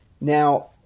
Now